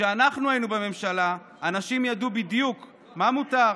כשאנחנו היינו בממשלה אנשים ידעו בדיוק מה מותר,